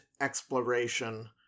exploration